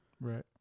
Right